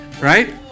right